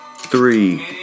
Three